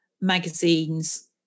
magazines